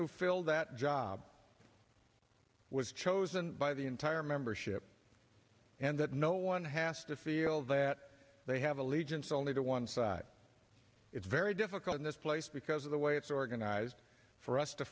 who filled that job was chosen by the entire membership and that no one has to feel that they have allegiance only to one side it's very difficult in this place because of the way it's organized for us to